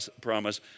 promise